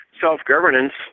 self-governance